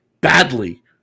badly